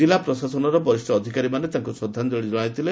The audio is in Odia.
ଜିଲ୍ଲା ପ୍ରଶାସନର ବରିଷ୍ଡ ଅଧିକାରୀମାନେ ତାଙ୍ଙୁ ଶ୍ରଦ୍ଧାଞ୍ଞଳି ଜଣାଇଥିଲେ